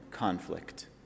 Conflict